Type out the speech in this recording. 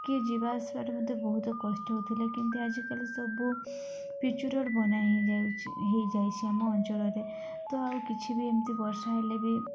କିଏ ଯିବା ଆସିବାରେ ମତେ ବହୁତ କଷ୍ଟ ହେଉଥିଲା କିନ୍ତିୁ ଆଜିକାଲି ସବୁ ପିଚୁ ରୋଡ଼୍ ବନାହେଇ ହୋଇଯାଇଛି ଆମ ଅଞ୍ଚଳରେ ତ ଆଉ କିଛି ବି ଏମିତି ବର୍ଷା ହେଲେ ବି